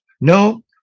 No